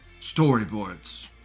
Storyboards